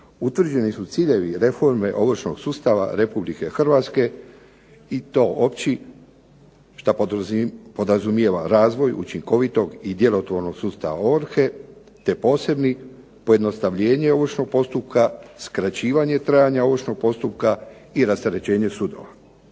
utvrđeni su ciljevi reforme ovršnog sustava RH i to opći, što podrazumijeva razvoj učinkovitog i djelotvornog sustava ovrhe te posebni, pojednostavljenje ovršnog postupka, skraćivanje trajanja ovršnog postupka i rasterećenje sudova.